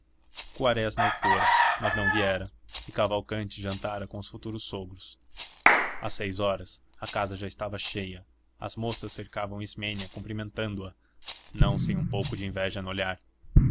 quaresma o fora mas não viera e cavalcanti jantara com os futuros sogros às seis horas a casa já estava cheia as moças cercavam ismênia cumprimentando-a não sem um pouco de inveja no olhar